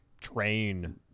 train